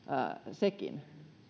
sekin